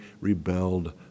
rebelled